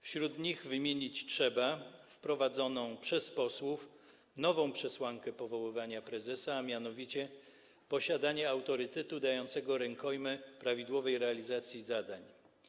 Wśród nich wymienić trzeba - wprowadzoną przez posłów - nową przesłankę powoływania prezesa, a mianowicie posiadanie autorytetu dającego rękojmię prawidłowej realizacji zadań.